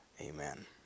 Amen